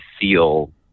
feel